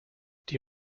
die